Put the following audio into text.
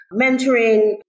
mentoring